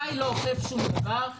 חי לא אוכף שום דבר.